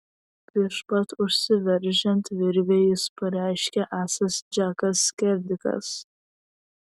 prieš pat užsiveržiant virvei jis pareiškė esąs džekas skerdikas